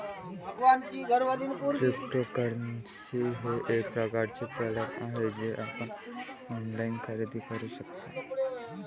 cryptocurrency हे एक प्रकारचे चलन आहे जे आपण ऑनलाइन खरेदी करू शकता